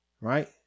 right